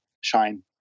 shine